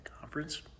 Conference